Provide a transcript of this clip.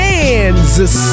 Kansas